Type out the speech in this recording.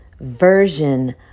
version